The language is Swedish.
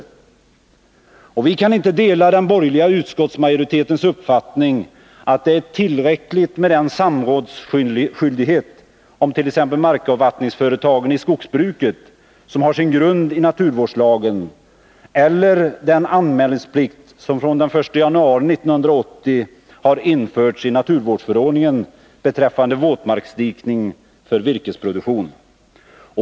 Vi kan inte dela den borgerliga utskottsmajoritetens uppfattning att det är tillräckligt med den samrådsskyldighet om t.ex. markavvattningsföretagen i skogsbruket, som har sin grund i naturvårdslagen, eller den anmälningsplikt som från den 1 januari 1980 har införts i naturvårdsförordningen beträffande våtmarksdikning för virkesproduktion.